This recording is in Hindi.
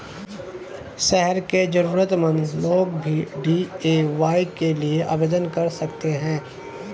शहर के जरूरतमंद लोग भी डी.ए.वाय के लिए आवेदन कर सकते हैं